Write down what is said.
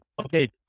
okay